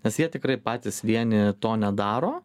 nes jie tikrai patys vieni to nedaro